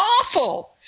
awful